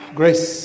grace